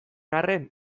arren